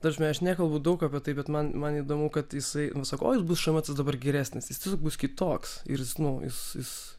ta prasme aš nekalbu daug apie tai bet man man įdomu kad jisai nu sako oi jis bus šmc dabar geresnis bus kitoks ir jis nu jis jis